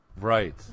Right